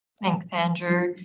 thanks andrew.